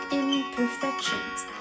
imperfections